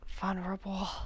vulnerable